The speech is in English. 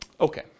Okay